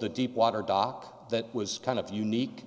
the deepwater dock that was kind of unique